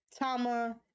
Tama